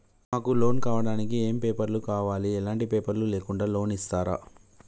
మాకు లోన్ కావడానికి ఏమేం పేపర్లు కావాలి ఎలాంటి పేపర్లు లేకుండా లోన్ ఇస్తరా?